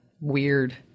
weird